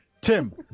Tim